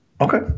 Okay